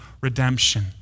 redemption